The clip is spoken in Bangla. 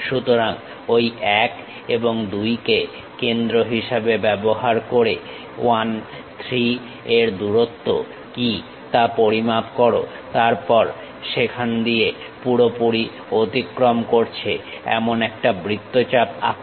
সুতরাং ঐ 1 এবং 2 কে কেন্দ্র হিসেবে ব্যবহার করে 1 3 এর দূরত্ব কি তা পরিমাপ করো তারপর সেখান দিয়ে পুরোপুরি অতিক্রম করছে এমন একটা বৃত্তচাপ আঁকো